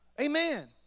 Amen